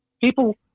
People